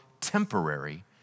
temporary